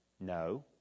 no